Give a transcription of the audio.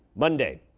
monday.